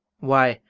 why,